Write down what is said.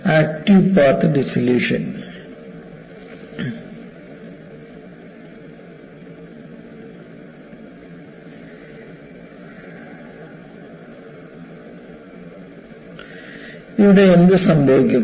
active path dissolution ഇവിടെ എന്ത് സംഭവിക്കും